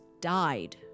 died